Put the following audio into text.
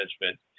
management